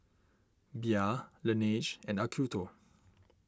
Bia Laneige and Acuto